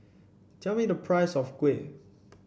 tell me the price of kuih